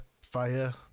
fire